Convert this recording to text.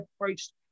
approached